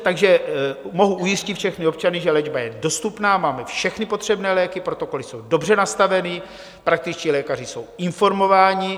Takže mohu ujistit všechny občany, že léčba je dostupná, máme všechny potřebné léky, protokoly jsou dobře nastaveny, praktičtí lékaři jsou informováni.